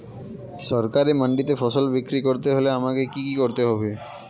সরকারি মান্ডিতে ফসল বিক্রি করতে হলে আমাকে কি কি করতে হবে?